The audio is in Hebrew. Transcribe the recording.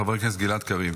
חבר הכנסת גלעד קריב.